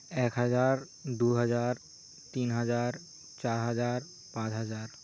ᱮᱠ ᱦᱟᱡᱟᱨ ᱫᱩ ᱦᱟᱡᱟᱨ ᱛᱤᱱ ᱦᱟᱡᱟᱨ ᱪᱟᱨ ᱦᱟᱡᱟᱨ ᱯᱟᱸᱪ ᱦᱟᱡᱟᱨ